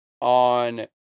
on